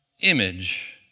image